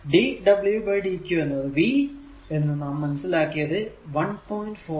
dwdq എന്നത് V എന്ന് നാം മനസ്സിലാക്കിയത് 1